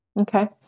Okay